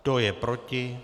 Kdo je proti?